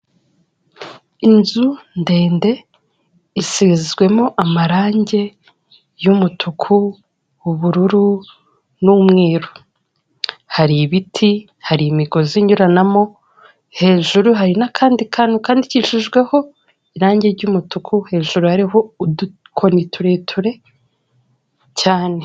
Inzu ndende isizwemo amarangi y'umutuku, ubururu n'umweru. Hari ibiti, hari imigozi inyuranamo, hejuru hari n'akandi kantu kandikishijweho irangi ry'umutuku, hejuru hariho udukoni tureture cyane.